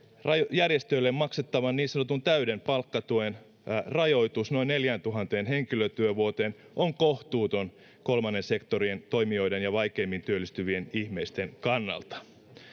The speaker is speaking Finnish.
järjestöille maksettavan niin sanotun täyden palkkatuen rajoitus noin neljääntuhanteen henkilötyövuoteen on kohtuuton kolmannen sektorien toimijoiden ja vaikeimmin työllistyvien ihmisten kannalta